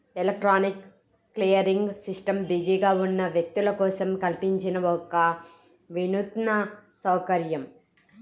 electronic clearing system బిజీగా ఉన్న వ్యక్తుల కోసం కల్పించిన ఒక వినూత్న సౌకర్యం